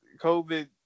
COVID